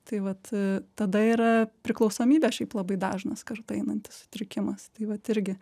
tai vat a tada yra priklausomybė šiaip labai dažnas kartu einantis sutrikimas tai vat irgi